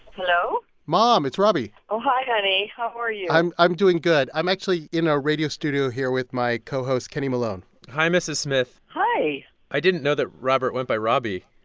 hello? mom, it's robbie oh, hi, honey. how are you? i'm i'm doing good. i'm actually in our radio studio here with my co-host kenny malone hi, mrs. smith hi i didn't know that robert went by robbie.